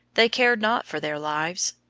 they cared not for their lives,